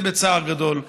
זה בצער גדול.